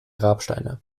grabsteine